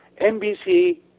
nbc